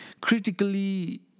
critically